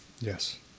Yes